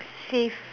save